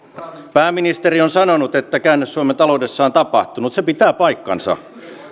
pääministeri on sanonut että käännös suomen taloudessa on tapahtunut se pitää paikkansa